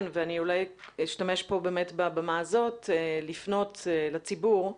ואני אולי אשתמש בבמה הזאת לפנות לציבור,